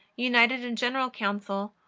united in general council,